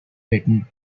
breton